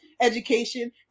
education